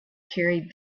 carried